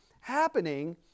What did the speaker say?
happening